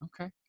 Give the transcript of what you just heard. Okay